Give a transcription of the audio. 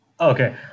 Okay